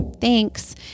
thanks